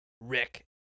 Rick